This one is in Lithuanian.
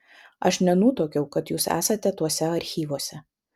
aš nenutuokiau kad jūs esate tuose archyvuose